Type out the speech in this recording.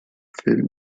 film